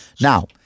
Now